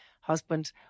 husband